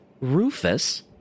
Rufus